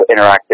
interactive